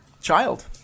child